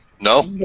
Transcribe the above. No